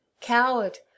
Coward